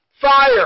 Fire